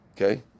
okay